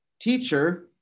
teacher